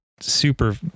super